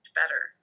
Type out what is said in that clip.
better